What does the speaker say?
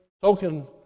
token